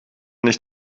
nicht